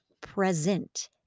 present